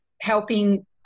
helping